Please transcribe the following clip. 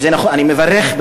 אני בטח מברך,